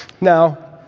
Now